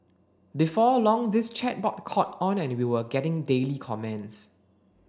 before long this chat board caught on and we were getting daily comments